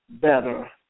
better